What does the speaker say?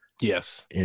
Yes